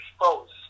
exposed